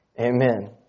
Amen